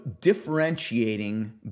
differentiating